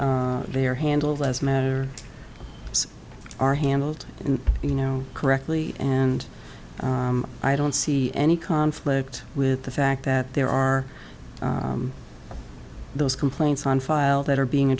d they are handled as matter are handled you know correctly and i don't see any conflict with the fact that there are those complaints on file that are being